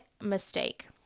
mistake